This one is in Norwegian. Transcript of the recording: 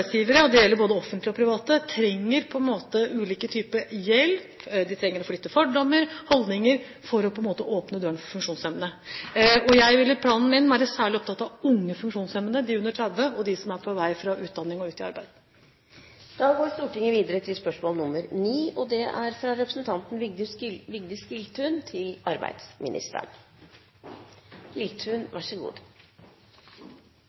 og det gjelder både offentlige og private, trenger ulike typer hjelp, de trenger å flytte fordommer og holdninger for å åpne dørene for funksjonshemmede. Jeg vil i planen min være særlig opptatt av unge funksjonshemmede – de under 30 år, og de som er på vei fra utdanning og ut i arbeidslivet. «Bilkontoret dekker ikke utgifter til automatgir, noe som virker urimelig i de tilfeller dette er et helt nødvendig hjelpmiddel. En poliorammet rullestolbruker har kun lov til